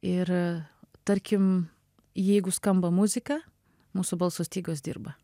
ir tarkim jeigu skamba muzika mūsų balso stygos dirba